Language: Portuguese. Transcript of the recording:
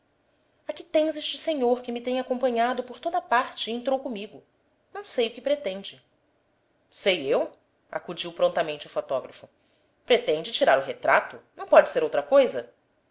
aqui tens este senhor que me tem acompanhado por toda parte e entrou comigo não sei o que pretende sei eu acudiu prontamente o fotógrafo pretende tirar o retrato não pode ser outra coisa